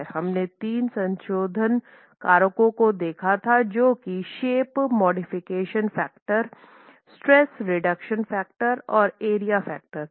हमने 3 संशोधन कारकों को देखा था जो की shape modification factor stress reduction factor और एरिया फैक्टरarea factor थे